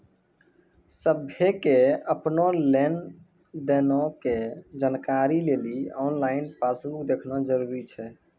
सभ्भे के अपनो लेन देनो के जानकारी लेली आनलाइन पासबुक देखना जरुरी छै